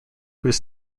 his